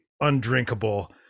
undrinkable